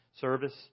service